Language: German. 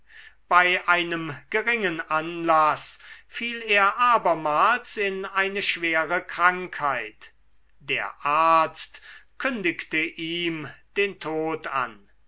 bei einem geringen anlaß fiel er abermals in eine schwere krankheit der arzt kündigte ihm den tod an